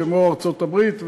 כמו ארצות-הברית,